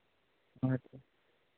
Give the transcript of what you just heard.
अच्छा